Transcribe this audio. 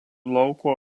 lauko